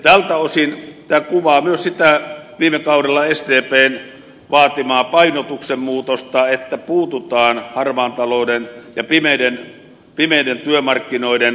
tältä osin tämä kuvaa myös sitä viime kaudella sdpn vaatimaa painotuksen muutosta että puututaan harmaan talouden ja pimeiden työmarkkinoiden kysymyksiin